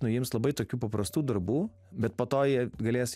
nuims labai tokių paprastų darbų bet po to jie galės